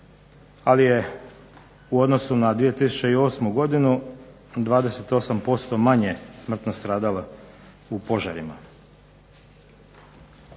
ali je u odnosu na 2008. godinu 28% manje smrtno stradalo u požarima.